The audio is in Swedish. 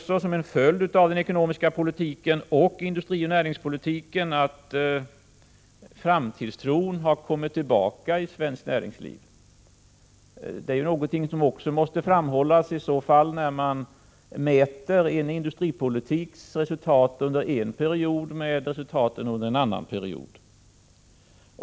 Som en följd av den ekonomiska politiken och av industrioch näringspolitiken har framtidstron kommit tillbaka i svenskt näringsliv. Det är något som också måste framhållas när man jämför en industripolitiks resultat under en period med resultatet under en annan period.